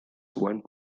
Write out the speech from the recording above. one